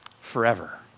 forever